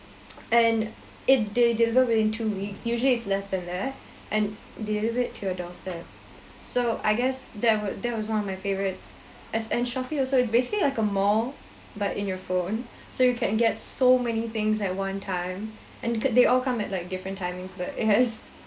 and it they deliver within two weeks usually it's less than that and delivered to your doorstep so I guess that would that was one of my favorites and shopee also it's basically like a mall but in your phone so you can get so many things at one time and they all come at like different timings but it has